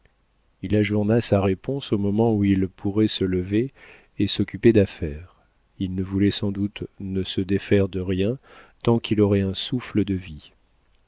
il ajourna sa réponse au moment où il pourrait se lever et s'occuper d'affaires il ne voulait sans doute ne se défaire de rien tant qu'il aurait un souffle de vie